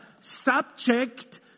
subject